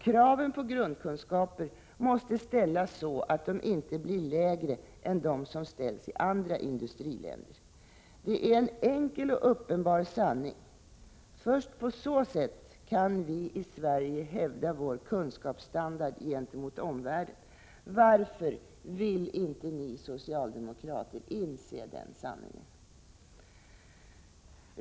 Kraven på grundkunskaper måste dessutom ställas så, att de inte blir lägre än dem som ställs i andra industriländer. Detta är en enkel och uppenbar sanning. Först på så sätt kan vi i Sverige hävda vår kunskapsstandard gentemot omvärlden. Varför vill inte ni socialdemokrater inse den sanningen?